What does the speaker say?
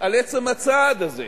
על עצם הצעד הזה,